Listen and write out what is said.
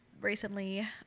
Recently